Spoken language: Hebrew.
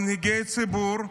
מנהיגי ציבור,